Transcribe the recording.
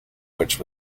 which